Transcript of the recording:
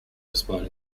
despite